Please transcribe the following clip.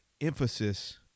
emphasis